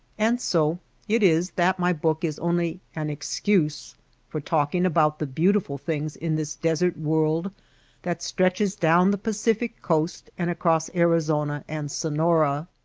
and so it is that my book is only an excuse for talking about the beautiful things in this desert world that stretches down the pacific coast, and across arizona and sonora.